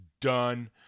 done